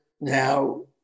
now